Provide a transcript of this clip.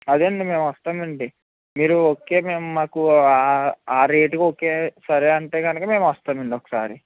అదే అండి మేము వస్తామండి మీరు ఓకే మేము మాకు ఆ రేట్కి ఓకే సరే అంటే కనుక మేము వస్తామండి ఒకసారి